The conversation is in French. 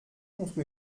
contre